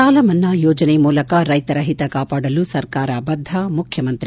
ಸಾಲಮನ್ನಾ ಯೋಜನೆ ಮೂಲಕ ರೈತರ ಹಿತ ಕಾಪಾಡಲು ಸರ್ಕಾರ ಬದ್ಧ ಮುಖ್ಯಮಂತ್ರಿ